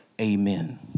amen